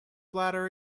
bladder